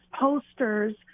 posters